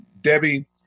Debbie